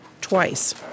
twice